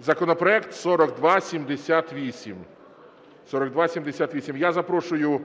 Законопроект 4278. Я запрошую